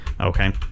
Okay